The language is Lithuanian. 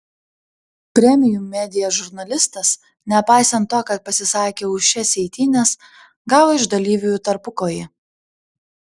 premium media žurnalistas nepaisant to kad pasisakė už šias eitynes gavo iš dalyvių į tarpukojį